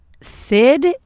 Sid